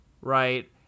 right